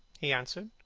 he answered.